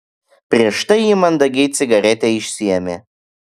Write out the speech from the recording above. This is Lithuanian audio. prieš tai ji mandagiai cigaretę išsiėmė